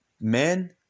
Men